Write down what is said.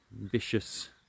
vicious